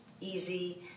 easy